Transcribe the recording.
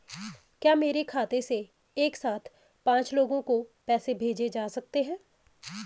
क्या मेरे खाते से एक साथ पांच लोगों को पैसे भेजे जा सकते हैं?